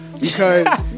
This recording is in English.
because-